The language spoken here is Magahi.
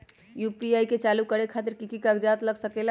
यू.पी.आई के चालु करे खातीर कि की कागज़ात लग सकेला?